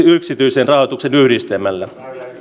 yksityisen rahoituksen yhdistelmällä